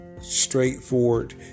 straightforward